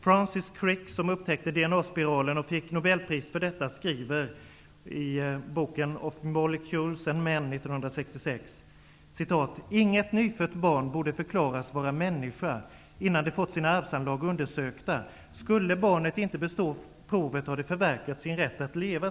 Francis Crick, som upptäckte DNA-spiralen och fick Nobelpris för detta, skriver i boken Of molecules and men, 1966: ''Inget nyfött barn borde förklaras vara människa innan det fått sina arvsanlag undersökta. Skulle barnet inte bestå provet har det förverkat sin rätt att leva.''